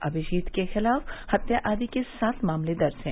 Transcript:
अभिजीत के खिलाफ हत्या आदि के सात मामले दर्ज हैं